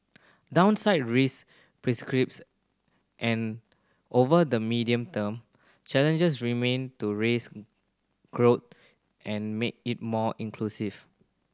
downside risk and over the medium term challenges remain to raise growth and make it more inclusive